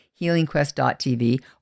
HealingQuest.tv